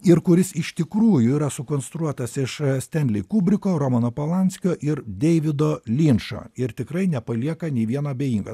ir kuris iš tikrųjų yra sukonstruotas iš stenlei kubriko romano polanskio ir deivido linčo ir tikrai nepalieka nei vieno abejingo